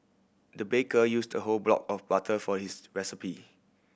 the baker used a whole block of butter for his recipe